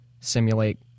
simulate